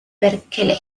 berkeley